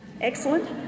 Excellent